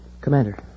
Commander